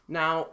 now